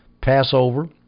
Passover